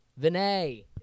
Vinay